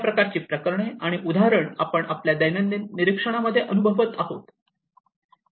या प्रकारची प्रकरणे आणि उदाहरणे आपण आपल्या दैनंदिन निरीक्षणामध्ये अनुभवत आहोत